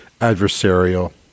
adversarial